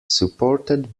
supported